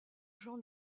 jean